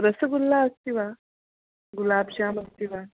रसगुल्ला अस्ति वा गुलाब् जाम् अस्ति वा